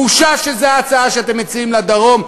בושה שזו ההצעה שאתם מציעים לדרום.